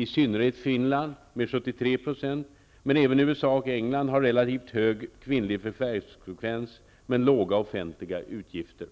I synnerhet Finland men även USA och England har relativt hög kvinnlig förvärvsfrekvens men låga offentliga utgifter.